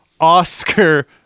oscar